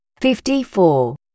fifty-four